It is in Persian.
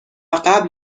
قبل